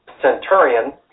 centurion